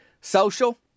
social